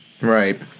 Right